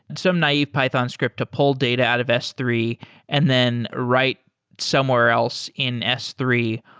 some naive python script to pull data out of s three and then write somewhere else in s three,